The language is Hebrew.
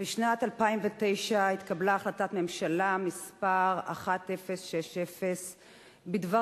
בשנת 2009 התקבלה החלטת ממשלה מס' 1060 בדבר